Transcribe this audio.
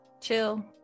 chill